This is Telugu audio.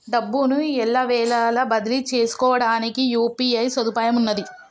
డబ్బును ఎల్లవేళలా బదిలీ చేసుకోవడానికి యూ.పీ.ఐ సదుపాయం ఉన్నది